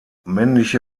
männliche